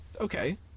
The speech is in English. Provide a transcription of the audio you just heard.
Okay